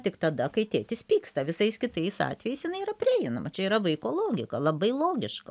tik tada kai tėtis pyksta visais kitais atvejais jinai yra prieinama čia yra vaiko logika labai logiška